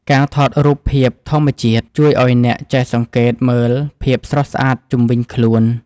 ការថតរូបភាពធម្មជាតិ ជួយឱ្យអ្នកចេះសង្កេតមើលភាពស្រស់ស្អាតជុំវិញខ្លួន។